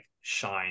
shine